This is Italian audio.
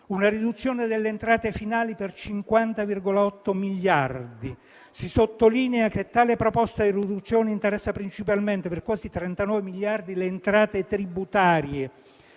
una riduzione delle entrate finali per 50,8 miliardi di euro. Si sottolinea che tale proposta di riduzione interessa principalmente, per quasi 39 miliardi di euro, le entrate tributarie